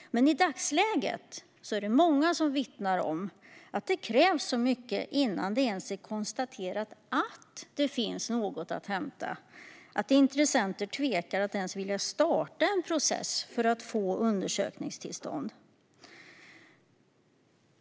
Men i dagsläget vittnar många om att det krävs mycket innan det ens konstaterats att det finns något att hämta. Intressenter tvekar därför att ens starta en process för att få undersökningstillstånd.